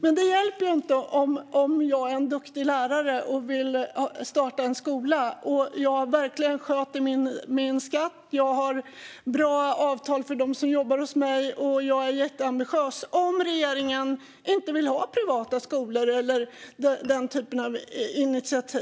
Men det hjälper inte om jag är en duktig lärare och vill starta en skola, även om jag sköter min skatt och har bra avtal för dem som jobbar hos mig, om regeringen inte vill ha privata skolor eller den typen av initiativ.